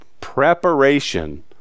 preparation